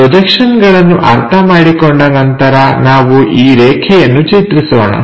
ಈ ಪ್ರೊಜೆಕ್ಷನ್ಗಳನ್ನು ಅರ್ಥಮಾಡಿಕೊಂಡ ನಂತರ ನಾವು ಈ ರೇಖೆಯನ್ನು ಚಿತ್ರಿಸೋಣ